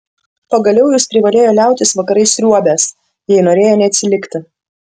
pagaliau jis privalėjo liautis vakarais sriuobęs jei norėjo neatsilikti